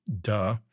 duh